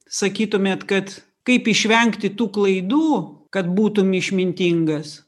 sakytumėt kad kaip išvengti tų klaidų kad būtum išmintingas